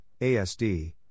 ASD